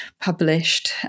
published